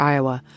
Iowa